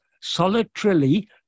solitarily